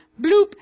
bloop